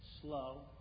slow